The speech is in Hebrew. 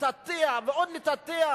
לתעתע ועוד לתעתע